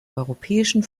europäischen